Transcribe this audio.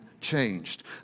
changed